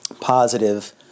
positive